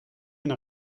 une